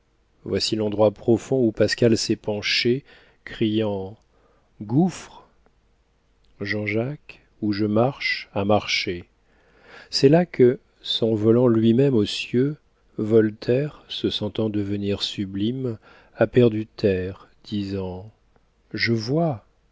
voici l'endroit profond où pascal s'est penché criant gouffre jean jacque où je marche a marché c'est là que s'envolant lui-même aux cieux voltaire se sentant devenir sublime a perdu terre disant je vois